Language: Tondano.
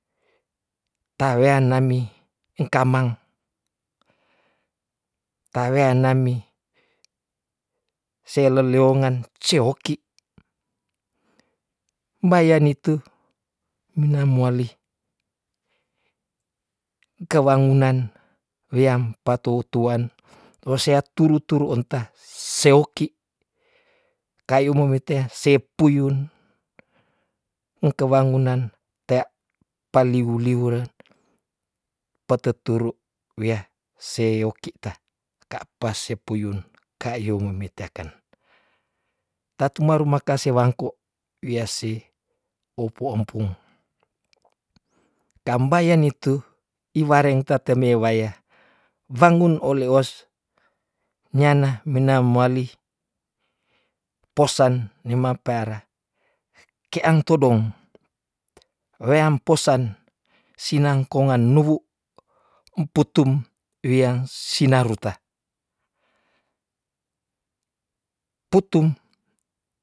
Ta wean nami engkamang, ta wean nami selelioang se oki, mayan nitu mina moali engke wangunan weam patou tuan osea turu- turu unta se oki kayou memitea se puyun engke wangunan tea paliuw- liuwrn pate turu wea se oki ta ka pa se puyun kayou memitea ken, tatume rume kase wangko wiasi opo empung, kambaya nitu iwareng tatele waya fangun oleos nyana mina moali posan nema para, kean todong weam posan sinang kongan nuwu, emputum wiang sinaruta, putum.